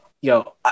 yo